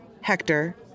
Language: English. Hector